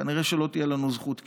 כנראה שלא תהיה לנו זכות קיום,